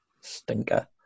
stinker